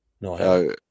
no